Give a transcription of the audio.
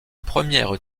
première